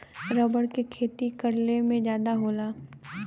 rubber के खेती केरल में जादा होला